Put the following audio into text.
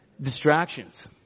Distractions